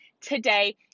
today